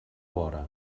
vora